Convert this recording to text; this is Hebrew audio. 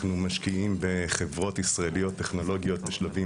אנחנו משקיעים בחברות ישראליות טכנולוגיות בשלבים